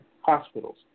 hospitals